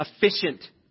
efficient